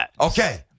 Okay